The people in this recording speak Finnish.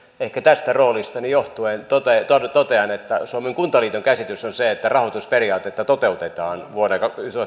ehkä tästä roolistani johtuen totean totean että suomen kuntaliiton käsitys on se että rahoitusperiaatetta toteutetaan vuonna